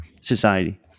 society